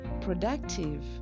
productive